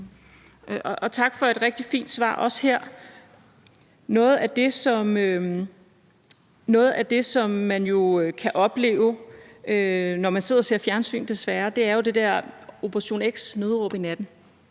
Tak for et rigtig fint svar også her. Noget af det, som man jo desværre kan opleve, når man sidder og ser fjernsyn, er »Operation X: Nødråb i natten«.